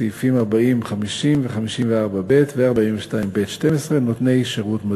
סעיפים 40(50) ו-(54)(ב) ו-42(ב)(12) (נותני שירות מטבע).